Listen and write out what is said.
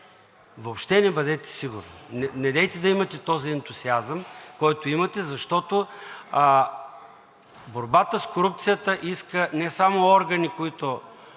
Въобще не бъдете сигурни! Недейте да имате този ентусиазъм, който имате, защото борбата с корупцията иска не само органи, които